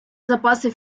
запаси